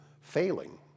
failing